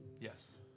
yes